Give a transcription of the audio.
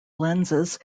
lenses